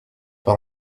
pas